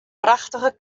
prachtige